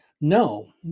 no